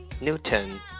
Newton